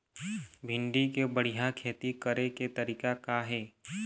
भिंडी के बढ़िया खेती करे के तरीका का हे?